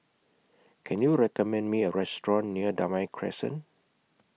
Can YOU recommend Me A Restaurant near Damai Crescent